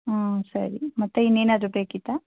ಹಾಂ ಸರಿ ಮತ್ತೆ ಇನ್ನೇನಾದರೂ ಬೇಕಿತ್ತಾ